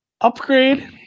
upgrade